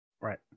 Right